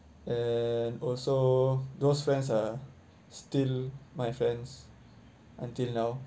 and also those friends are still my friends until now